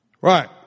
Right